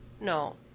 No